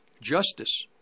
justice